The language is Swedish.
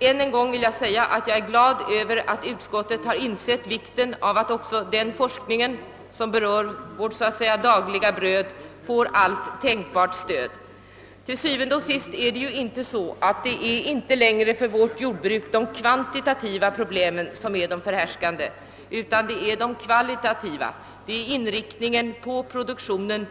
än en gång säga att jag är glad över att utskottet insett vikten av att även den forskning, som så att säga gäller vårt dagliga bröd, får allt tänkbart stöd. Til syvende og sidst är det så, att det inte längre är vårt jordbruks kvantitativa problem som är de förhärskande, utan de kvalitativa: inriktningen av produktionen